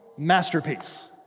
masterpiece